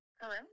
Hello